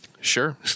Sure